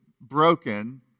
broken